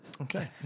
Okay